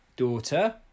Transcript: daughter